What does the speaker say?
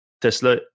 Tesla